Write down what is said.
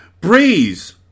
Breeze